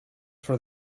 for